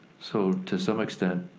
so, to some extent,